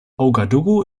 ouagadougou